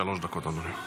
שלוש דקות, אדוני.